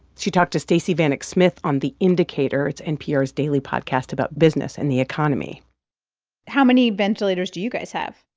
she talked to stacey vanek smith on the indicator. it's npr's daily podcast about business and the economy how many ventilators do you guys have?